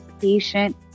patient